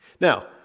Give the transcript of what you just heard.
Now